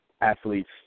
athletes